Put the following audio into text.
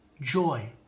joy